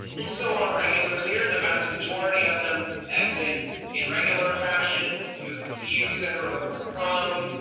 and so our regulars here, the vast majority of them exit in regular fashion. you have a few that are overthrown.